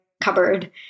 cupboard